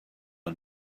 and